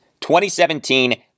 2017